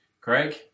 Craig